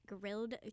Grilled